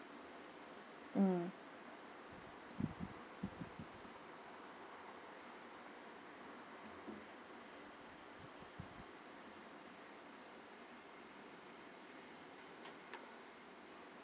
mm